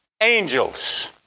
angels